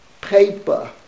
paper